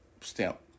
stamp